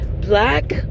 Black